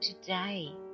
today